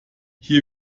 hier